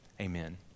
Amen